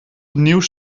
opnieuw